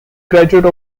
graduate